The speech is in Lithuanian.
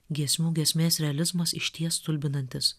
giesmių giesmės realizmas išties stulbinantis